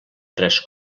tres